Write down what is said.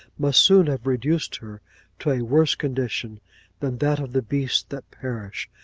must soon have reduced her to a worse condition than that of the beasts that perish,